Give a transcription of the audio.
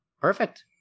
perfect